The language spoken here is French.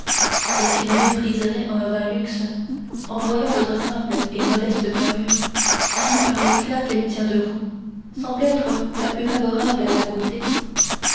et qui ne mépriserait un vain luxe en voyant votre simple et modeste parure qui par l'éclat qu'elle tient de vous semble être la plus favorable à la beauté